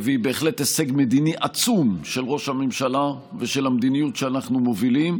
והיא בהחלט הישג מדיני עצום של ראש הממשלה ושל המדיניות שאנחנו מובילים,